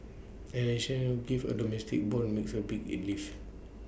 addition give A domestic Bond is A big A lift